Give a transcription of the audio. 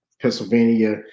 Pennsylvania